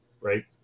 right